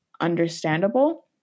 understandable